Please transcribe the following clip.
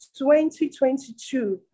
2022